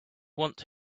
want